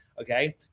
okay